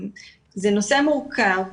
זה נושא מורכב,